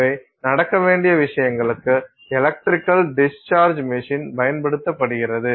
எனவே நடக்க வேண்டிய விஷயங்களுக்கு எலக்ட்ரிக்கல் டிஸ்சார்ஜ் மெஷின் பயன்படுத்தப்படுகிறது